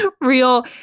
real